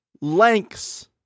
lengths